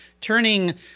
turning